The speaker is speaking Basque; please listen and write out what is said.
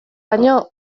baino